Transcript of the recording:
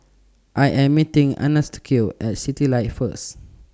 I Am meeting Anastacio At Citylights First